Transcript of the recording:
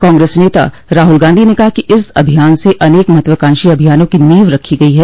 कांग्रेस नेता राहुल गांधी ने कहा कि इस अभियान से अनेक महत्वाकांक्षी अभियानों की नींव रखी गई है